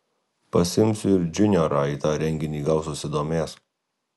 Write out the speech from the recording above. pasiimsiu ir džiuniorą į tą renginį gal susidomės